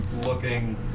looking